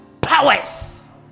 Powers